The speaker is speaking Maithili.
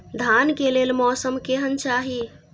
धान के लेल मौसम केहन चाहि?